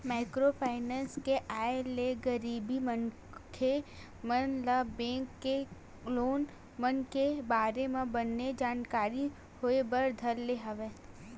micro finance के आय ले गरीब मनखे मन ल बेंक के लोन मन के बारे म बने जानकारी होय बर धर ले हवय